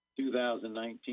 2019